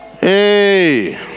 Hey